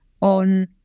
on